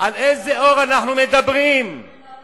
היא לא יכולה לענות לך.